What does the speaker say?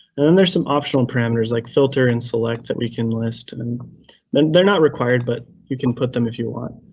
and then there's some optional parameters like filter and select that we can list. and and they're not required, but you can put them if you want.